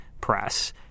press